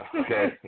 Okay